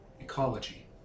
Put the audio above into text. ecology